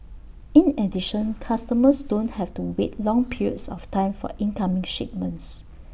in addition customers don't have to wait long periods of time for incoming shipments